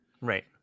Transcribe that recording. Right